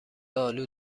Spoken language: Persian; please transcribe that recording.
آلو